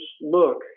look